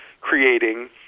creating